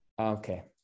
Okay